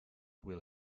will